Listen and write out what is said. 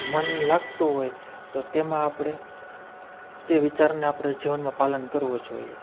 મન લાગતું હોય તો તેમાં આપણે તે વિચારને આપણે જીવનમાં પાલન કરવું જોઈએ